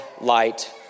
light